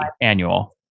annual